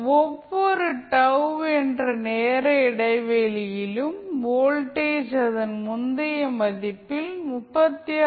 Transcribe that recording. ஒவ்வொரு τ என்ற நேர இடைவெளியிலும் வோல்டேஜ் அதன் முந்தைய மதிப்பில் 36